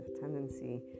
tendency